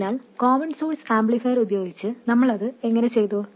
അതിനാൽ common source amplifier ഉപയോഗിച്ച് നമ്മൾ അത് എങ്ങനെ ചെയ്തു